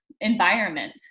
environment